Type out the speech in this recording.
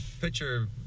picture